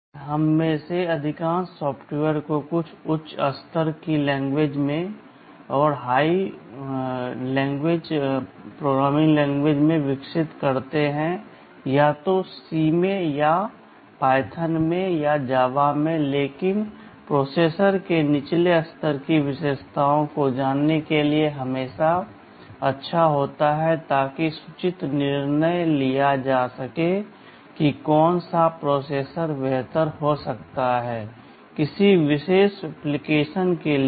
आज हम में से अधिकांश सॉफ्टवेयर को कुछ उच्च स्तर की लैंग्वेज में विकसित करते हैं या तो C में या पायथन में या जावा में लेकिन प्रोसेसर के निचले स्तर की विशेषताओं को जानने के लिए हमेशा अच्छा होता है ताकि सूचित निर्णय लिया जा सके कि कौन सा प्रोसेसर बेहतर हो सकता है किसी विशेष एप्लिकेशन के लिए